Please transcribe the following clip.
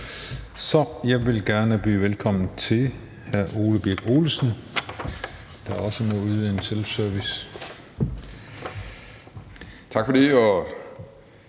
så jeg vil gerne byde velkommen til hr. Ole Birk Olesen, der også må udføre en self service. Kl. 18:28